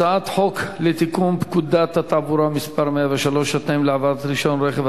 הצעת חוק לתיקון פקודת התעבורה (מס' 103) (התנאים להעברת רשיון רכב),